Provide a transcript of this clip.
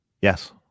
Yes